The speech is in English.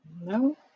no